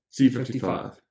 C55